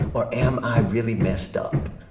or am i really messed up?